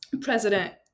President